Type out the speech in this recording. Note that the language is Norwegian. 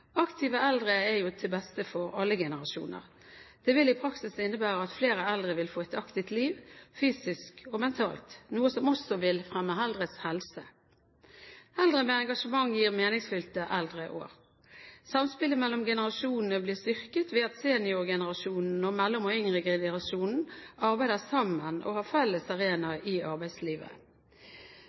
Aktive eldre er til beste for alle generasjoner. Det vil i praksis innebære at flere eldre vil få et aktivt liv, fysisk og mentalt, noe som også vil fremme eldres helse. Eldre med engasjement gir meningsfylte eldre år. Samspillet mellom generasjonene blir styrket ved at seniorgenerasjonen og mellom- og yngregenerasjonen arbeider sammen og har felles arena i arbeidslivet.